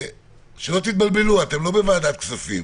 שלא תתבלבלו, אתם לא בוועדת כספים